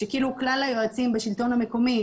שכאילו כלל היועצים בשלטון המקומי,